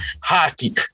hockey